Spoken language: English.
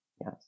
Yes